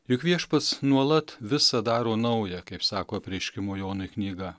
juk viešpats nuolat visa daro naują kaip sako apreiškimo jonui knyga